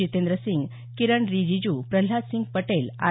Jitendra Singh Kiren Rijiju Pralhad Singh Patel R